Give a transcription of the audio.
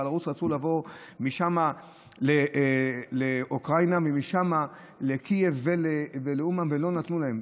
ובבלארוס רצו לעבור משם לאוקראינה ומשם לקייב ולאומן ולא נתנו להם.